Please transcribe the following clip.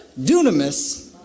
Dunamis